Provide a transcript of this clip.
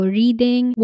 reading